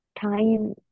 time